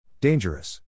Dangerous